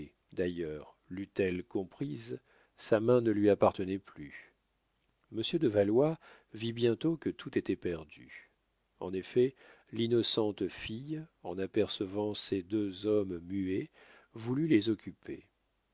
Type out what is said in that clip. toupet d'ailleurs leût elle comprise sa main ne lui appartenait plus monsieur de valois vit bien que tout était perdu en effet l'innocente fille en apercevant ces deux hommes muets voulut les occuper